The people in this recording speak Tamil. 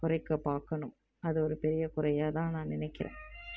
குறைக்கப் பார்க்கணும் அது ஒரு பெரிய குறையாகதான் நான் நினைக்கிறேன்